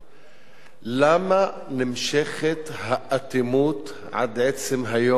למה נמשכת האטימות עד עצם היום הזה,